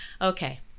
Okay